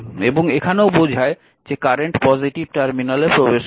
এবং এখানেও বোঝায় যে কারেন্ট পজিটিভ টার্মিনালে প্রবেশ করছে